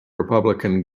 republican